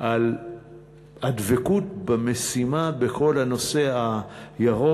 על הדבקות במשימה בכל הנושא הירוק.